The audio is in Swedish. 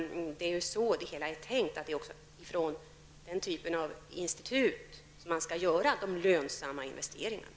Det är ju också tänkt att de lönsamma investeringarna skall göras från den typen av institut.